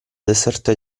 deserta